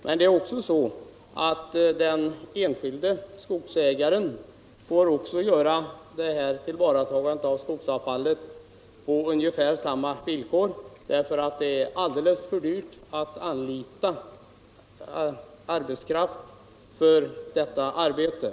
Men även den enskilde skogsägaren får ta till vara skogsavfallet på ungefär samma villkor, därför att det är alldeles för dyrt att anlita arbetskraft för det arbetet.